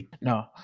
No